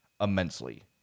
immensely